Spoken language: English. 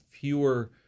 fewer